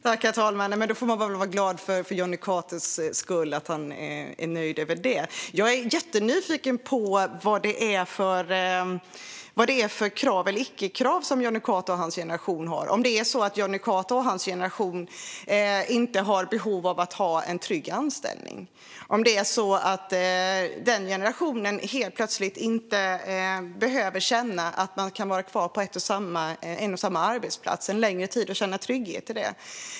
Herr talman! Man får väl vara glad för Jonny Catos skull att han är nöjd över det. Jag är jättenyfiken på vad det är för krav eller icke-krav som Jonny Cato och hans generation har. Är det så att Jonny Cato och hans generation inte har behov av att ha en trygg anställning? Är det så att den generationen helt plötsligt inte behöver känna att man kan vara kvar på en och samma arbetsplats en längre tid och känna trygghet i det?